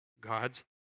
God's